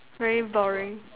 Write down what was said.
very boring